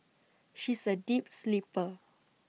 she is A deep sleeper